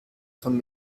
von